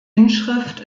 inschrift